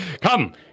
Come